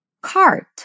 cart